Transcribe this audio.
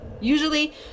Usually